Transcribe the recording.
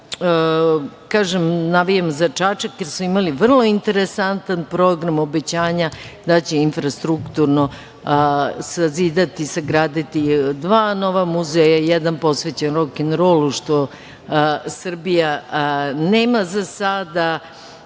Kaže, navijam za Čačak, jer su imali vrlo interesantan program, obećanja da će infrastrukturno sazidati, sagraditi dva nova muzeja. Jedan posvećen rokenrolu, što Srbija nema za sada,